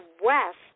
West